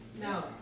No